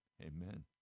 Amen